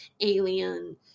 alien